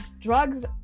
drugs